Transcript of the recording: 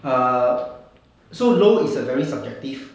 err so low is a very subjective